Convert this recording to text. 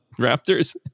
raptors